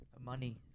Money